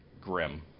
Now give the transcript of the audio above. grim